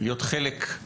להיות חלק מהממלכה,